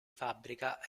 fabbrica